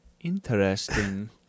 Interesting